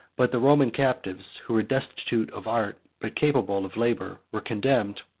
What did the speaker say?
but the roman captives, who were destitute of art, but capable of labor, were condemned,